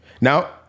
Now